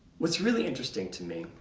what's really interesting to me